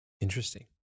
Interesting